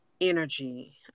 energy